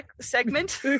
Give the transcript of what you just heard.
segment